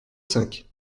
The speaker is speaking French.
cinq